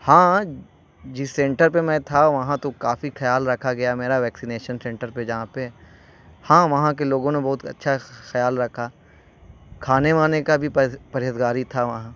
ہاں جس سینٹر پہ میں تھا وہاں تو کافی خیال رکھا گیا میرا ویکسینیشن سینٹر پہ جہاں پہ ہاں وہاں کے لوگوں نے بہت اچھا خیال رکھا کھانے وانے کا بھی پرہیزگاری تھا وہاں